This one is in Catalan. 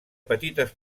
petites